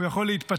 הוא יכול להתפטר.